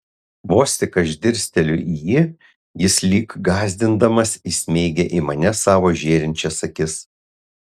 vos tik aš dirsteliu į jį jis lyg gąsdindamas įsmeigia į mane savo žėrinčias akis